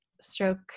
stroke